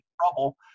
trouble